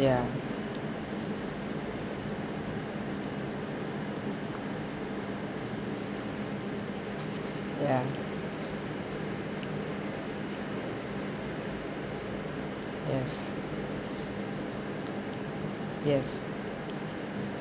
ya ya yes yes